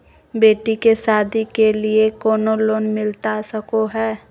बेटी के सादी के लिए कोनो लोन मिलता सको है?